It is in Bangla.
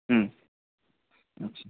হুম আচ্ছা